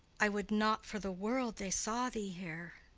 i would not for the world they saw thee here.